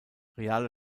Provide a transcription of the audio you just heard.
reale